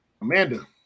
Amanda